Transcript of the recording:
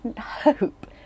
hope